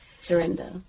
surrender